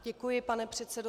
Děkuji, pane předsedo.